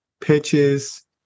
pitches